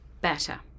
better